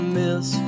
miss